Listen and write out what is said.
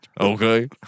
Okay